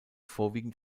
vorwiegend